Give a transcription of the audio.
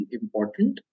important